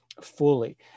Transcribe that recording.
fully